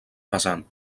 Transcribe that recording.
pesant